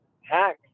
hack